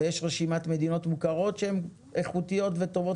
ויש רשימת מדינות מוכרות שהן איכותיות וטובות,